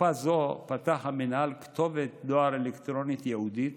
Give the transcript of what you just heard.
בתקופה זו פתח המינהל כתובת דואר אלקטרונית ייעודית